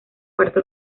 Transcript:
parte